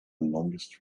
longest